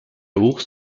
ours